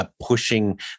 pushing